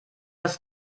etwas